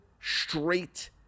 straight